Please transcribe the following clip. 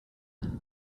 oder